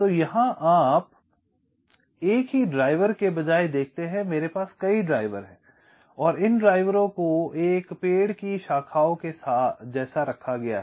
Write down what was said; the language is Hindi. तो यहां आप एक ही ड्राइवर के बजाय देखते हैं मेरे पास कई ड्राइवर हैं और इन ड्राइवरों को एक पेड़ की शाखाओं के साथ रखा गया है